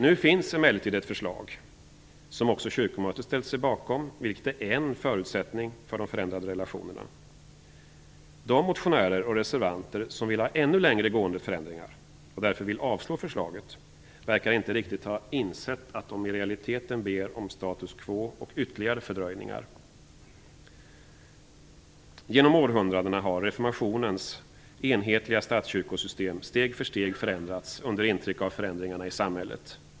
Nu finns emellertid ett förslag som också kyrkomötet har ställt sig bakom, vilket är en av förutsättningarna för de förändrade relationerna. De motionärer och reservanter som vill ha ännu längre gående förändringar, och därför vill avslå förslaget, verkar inte riktigt ha insett att de i realiteten ber om status quo och ytterligare fördröjningar. Genom århundradena har reformationens enhetliga statskyrkosystem steg för steg förändrats under intryck av förändringarna i samhället.